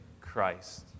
Christ